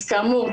אז כאמור,